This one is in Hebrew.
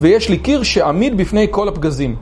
ויש לי קיר שעמיד בפני כל הפגזים